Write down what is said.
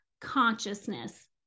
consciousness